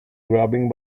grubbing